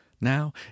now